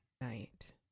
night